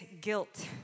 guilt